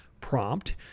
prompt